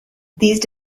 these